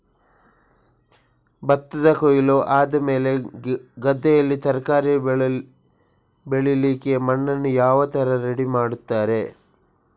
ಭತ್ತದ ಕೊಯ್ಲು ಆದಮೇಲೆ ಗದ್ದೆಯಲ್ಲಿ ತರಕಾರಿ ಬೆಳಿಲಿಕ್ಕೆ ಮಣ್ಣನ್ನು ಯಾವ ತರ ರೆಡಿ ಮಾಡ್ತಾರೆ?